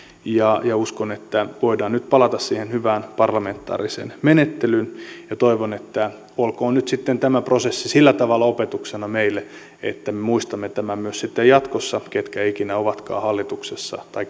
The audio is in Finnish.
ja ja uskon että voidaan nyt palata siihen hyvään parlamentaariseen menettelyyn ja toivon olkoon nyt sitten tämä prosessi sillä tavalla opetuksena meille että me muistamme tämän myös jatkossa ketkä ikinä ovatkaan hallituksessa tai